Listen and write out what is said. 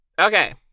Okay